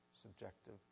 subjective